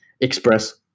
express